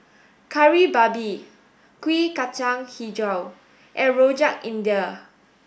Kari Babi Kuih Kacang Hijau and Rojak India